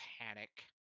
panic